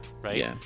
right